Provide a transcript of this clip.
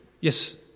Yes